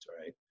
right